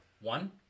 One